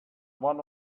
one